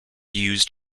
used